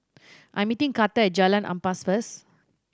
I am meeting Carter at Jalan Ampas first